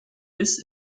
bis